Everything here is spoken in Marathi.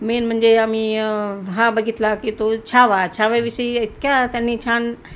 मेन म्हणजे आम्ही हा बघितला की तो छावा छाव्याविषयी इतक्या त्यांनी छान